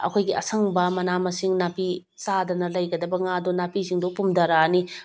ꯑꯩꯈꯣꯏꯒꯤ ꯑꯁꯪꯕ ꯃꯅꯥ ꯃꯁꯤꯡ ꯅꯥꯄꯤ ꯆꯥꯗꯅ ꯂꯩꯒꯗꯕ ꯉꯥꯗꯣ ꯅꯥꯄꯤꯁꯤꯡꯗꯣ ꯄꯨꯝꯊꯔꯛꯑꯅꯤ